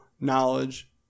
knowledge